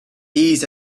these